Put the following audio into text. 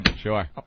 Sure